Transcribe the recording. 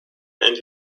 and